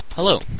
Hello